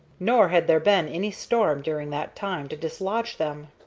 nor had there been any storm during that time to dislodge them.